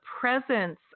presence